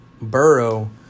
Burrow